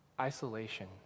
Isolation